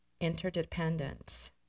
interdependence